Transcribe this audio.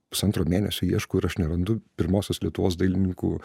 pusantro mėnesio ieškau ir aš nerandu pirmosios lietuvos dailininkų